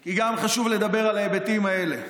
כי חשוב לדבר גם על ההיבטים האלה.